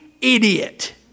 idiot